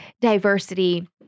diversity